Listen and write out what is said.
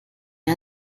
nie